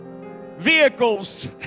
vehicles